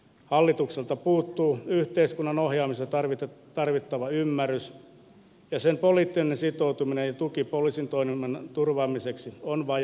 hallitukselta puuttuu yhteiskunnan ohjaamisen tarvita tarvittava ymmärrys ei sen poliittinen sitoutuminen tuo kipollisen toiminnan turvaamiseksi on vai